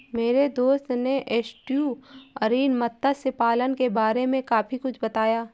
मेरे दोस्त ने एस्टुअरीन मत्स्य पालन के बारे में काफी कुछ बताया